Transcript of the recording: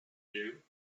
you